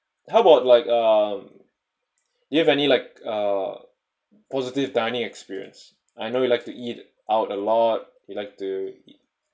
how about like um you have any like uh positive dining experience I know you like to eat out a lot you like to